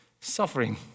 suffering